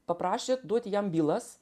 paprašė duoti jam bylas